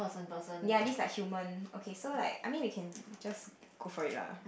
ya this like human okay so like I mean we can like just go for it lah